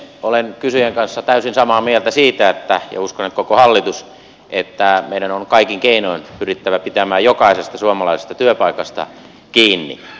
olen kysyjän kanssa täysin samaa mieltä ja uskon että koko hallitus siitä että meidän on kaikin keinoin pyrittävä pitämään jokaisesta suomalaisesta työpaikasta kiinni